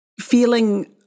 feeling